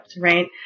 Right